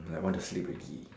I want to sleep already